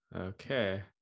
Okay